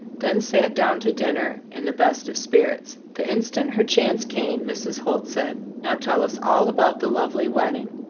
then sat down to dinner, in the best of spirits. the instant her chance came, mrs. holt said now tell us all about the lovely wedding.